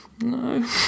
No